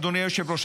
אדוני היושב-ראש,